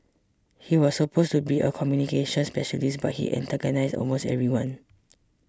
he was supposed to be a communications specialist but he antagonised almost everyone